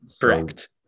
Correct